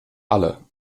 alle